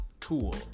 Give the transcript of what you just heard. tool